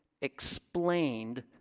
explained